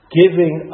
giving